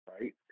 right